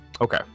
Okay